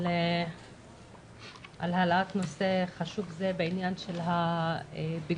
על העלאת הנושא החשוב הזה בעניין של הפיגומים